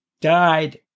died